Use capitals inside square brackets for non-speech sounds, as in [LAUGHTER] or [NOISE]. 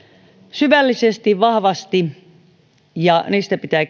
syvällisesti vahvasti ja niistä pitää [UNINTELLIGIBLE]